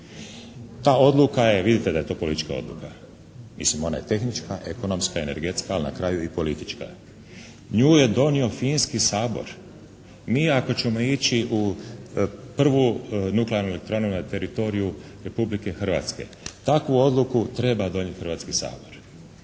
Ta odluka je, vidite da je to politička odluka. Mislim ona je tehnička, ekonomska, energetska, ali na kraju i politička. Nju je donio finski Sabor. Mi ako ćemo ići u prvu nuklearnu elektranu na teritoriju Republike Hrvatske takvu odluku treba donijeti Hrvatski sabor.